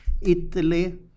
Italy